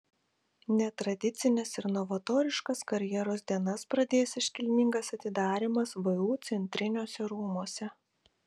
netradicines ir novatoriškas karjeros dienas pradės iškilmingas atidarymas vu centriniuose rūmuose